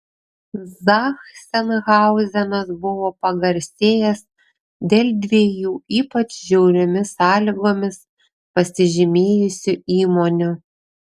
zachsenhauzenas buvo pagarsėjęs dėl dviejų ypač žiauriomis sąlygomis pasižymėjusių įmonių